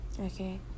okay